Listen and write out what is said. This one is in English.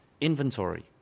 inventory